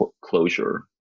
closure